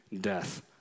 death